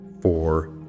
four